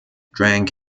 drank